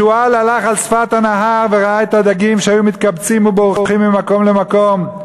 השועל הלך על שפת הנהר וראה את הדגים שהיו מתקבצים ובורחים ממקום למקום.